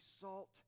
salt